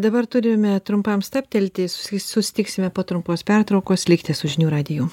dabar turime trumpam stabtelti susi susitiksime po trumpos pertraukos likite su žinių radiju